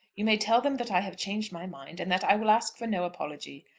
you may tell them that i have changed my mind, and that i will ask for no apology.